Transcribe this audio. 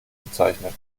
bezeichnet